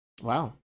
Wow